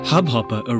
Hubhopper